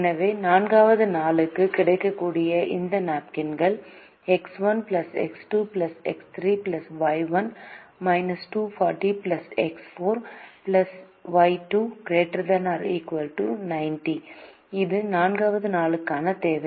எனவே 4 வது நாளுக்கு கிடைக்கக்கூடிய இந்த நாப்கின்கள் X1 X2 X3 Y 1−240 X4 Y 2≥90 இது 4 வது நாளுக்கான தேவை